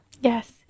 Yes